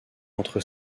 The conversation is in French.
entre